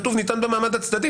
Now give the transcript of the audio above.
כתוב "ניתן במעמד הצדדים".